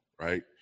right